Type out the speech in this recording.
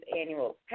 annual